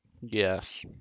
Yes